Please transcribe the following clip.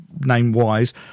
name-wise